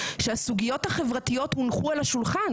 שהסוגיות החברתיות הונחו על השולחן.